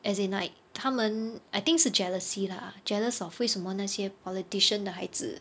as in like 他们 I think 是 jealousy lah jealous of 为什么那些 politician 的孩子